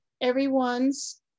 everyone's